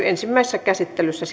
ensimmäisessä käsittelyssä